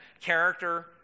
character